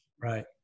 Right